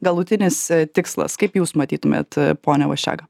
galutinis tikslas kaip jūs matytumėt pone vaščega